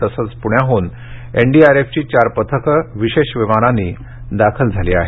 तसंच पुण्याहून एनडीआरएफची चार पथकं विषेश विमानांनी दाखल झाली आहेत